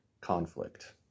conflict